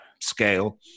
scale